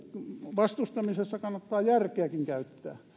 vastustamisessa kannattaa järkeäkin käyttää